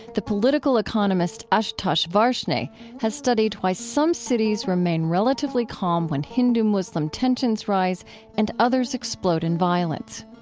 the political economist ashutosh varshney has studied why some cities remain relatively calm when hindu-muslim tensions rise and others explode in violence.